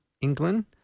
England